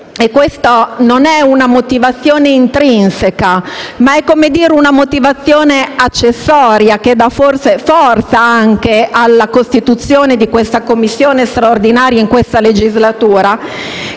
e questa non è una motivazione intrinseca, ma una motivazione accessoria che dà forse forza anche alla costituzione di questa Commissione straordinaria nella XVIII legislatura